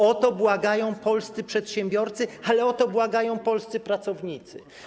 O to błagają polscy przedsiębiorcy, ale o to błagają też polscy pracownicy.